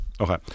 Okay